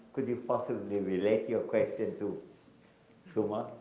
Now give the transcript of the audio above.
could you possibly relate your questions to shuman.